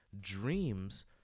dreams